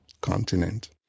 continent